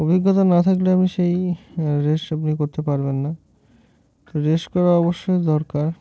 অভিজ্ঞতা না থাকলে আপনি সেই রেস আপনি করতে পারবেন না তো রেস করা অবশ্যই দরকার